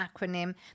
acronym